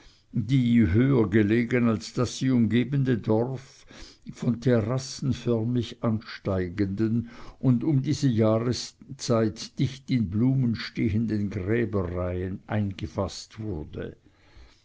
die höher gelegen als das sie umgebende dorf von terrassenförmig ansteigenden und um diese jahreszeit dicht in blumen stehenden gräberreihen eingefaßt wurde